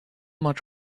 much